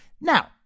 Now